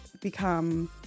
become